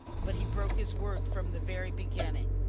but he broke his word from the very beginning.